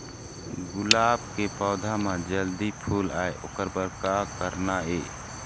गुलाब के पौधा म जल्दी फूल आय ओकर बर का करना ये?